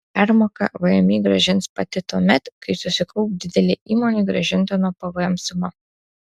permoką vmi grąžins pati tuomet kai susikaups didelė įmonei grąžintino pvm suma